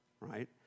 right